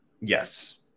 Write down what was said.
Yes